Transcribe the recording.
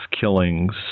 killings